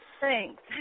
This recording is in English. Thanks